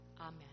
Amen